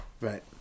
Right